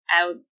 out